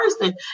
person